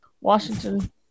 Washington